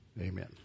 Amen